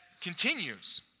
continues